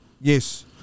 Yes